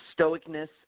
stoicness